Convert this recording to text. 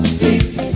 peace